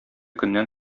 көннән